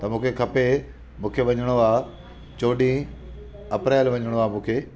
त मूंखे खपे मूंखे वञिणो आहे चोॾही अप्रैल वञिणो आहे मूंखे